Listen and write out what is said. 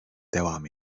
devam